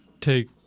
take